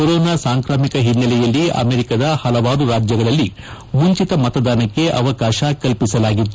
corona ಸಾಂಕ್ರಾಮಿಕ ಹಿನ್ನೆಲೆಯಲ್ಲಿ ಅಮೆರಿಕದ ಹಲವಾರು ರಾಜ್ಯಗಳಲ್ಲಿ ಮುಂಚಿತ ಮತದಾನಕ್ಕೆ ಅವಕಾಶ ಕಲ್ಪಿಸಲಾಗಿತ್ತು